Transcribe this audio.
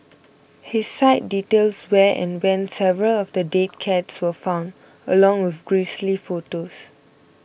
his site details where and when several of the dead cats were found along with grisly photos